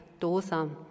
dosa